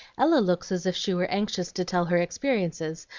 ella looks as if she were anxious to tell her experiences,